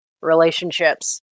relationships